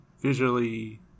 Visually